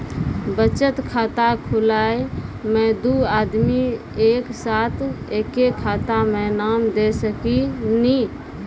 बचत खाता खुलाए मे दू आदमी एक साथ एके खाता मे नाम दे सकी नी?